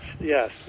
yes